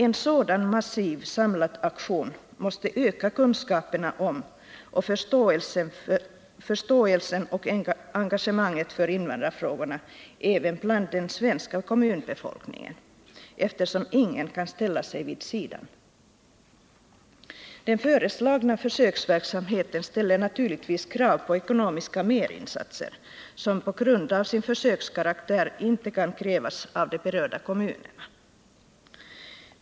En sådan massiv samlad aktion måste öka kunskaperna om och förståelsen och engagemanget för invandrarfrågorna även bland den svenska kommunbefolkningen, eftersom ingen kan ställa sig vid sidan. Den föreslagna försöksverksamheten ställer naturligtvis krav på ekonomiska merinsatser, som på grund av sin försökskaraktär inte kan krävas av de berörda kommunerna.